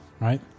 Right